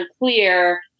unclear